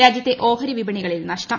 രാജ്യത്തെ ഓഹരി വിപണികളിൽ നഷ്ടം